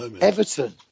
Everton